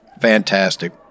fantastic